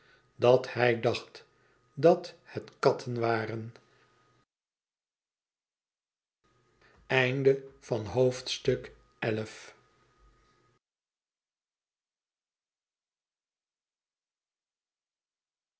dat hij dacht dat het katten waren